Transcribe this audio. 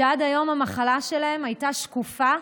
שעד היום המחלה שלהם הייתה שקופה,